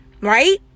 right